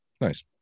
Nice